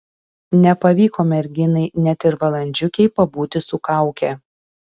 nepavyko merginai net ir valandžiukei pabūti su kauke